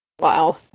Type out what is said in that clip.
Wow